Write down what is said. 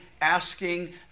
asking